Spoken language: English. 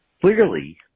clearly